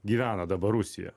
gyvena dabar rusija